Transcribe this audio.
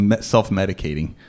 self-medicating